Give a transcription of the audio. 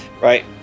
Right